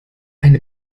eine